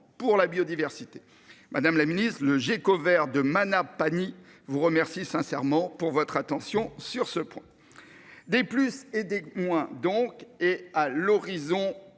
pour la biodiversité. Madame la Ministre, le gecko Vert de Manas. Vous remercie sincèrement pour votre attention sur ce point. Des plus et des moins, donc et à l'horizon